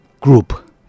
group